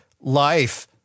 life